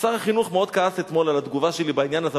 שר החינוך מאוד כעס אתמול על התגובה שלי בעניין הזה,